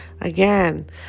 Again